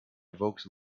evokes